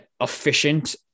efficient